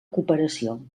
cooperació